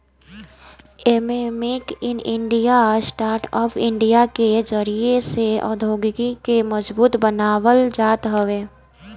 एमे make in India, startup India के जरिया से औद्योगिकी के मजबूत बनावल जात हवे